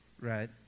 Right